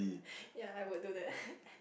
ya I would do that